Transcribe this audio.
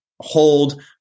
hold